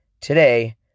today